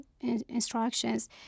instructions